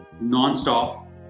non-stop